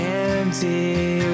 empty